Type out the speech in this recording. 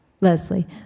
Leslie